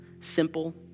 simple